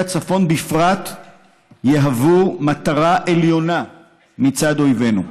הצפון בפרט יהוו מטרה עליונה מצד אויבינו.